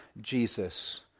Jesus